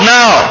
now